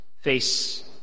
face